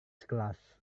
sekelas